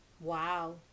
Wow